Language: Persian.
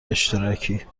اشتراکی